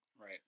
Right